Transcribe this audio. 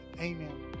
Amen